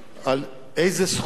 על איזה סכום,